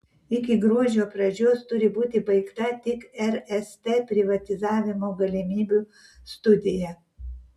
iki gruodžio pradžios turi būti baigta tik rst privatizavimo galimybių studija